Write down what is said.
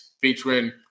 featuring